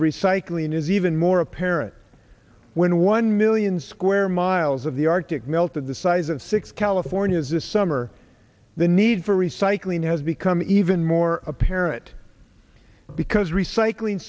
recycling is even more apparent when one million square miles of the arctic melt in the size of six californias this summer the need for recycling has become even more apparent because recycling